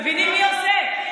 הם מבינים מי עושה,